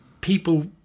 people